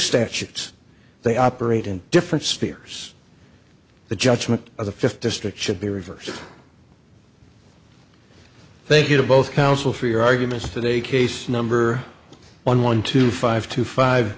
statutes they operate in different spheres the judgment of the fifth district should be reversed thank you to both counsel for your arguments today case number one one two five two five